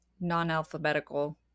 non-alphabetical